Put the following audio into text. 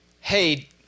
hey